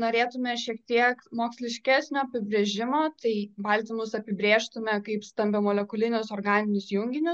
norėtume šiek tiek moksliškesnio apibrėžimo tai baltymus apibrėžtume kaip stambiamolekulinius organinius junginius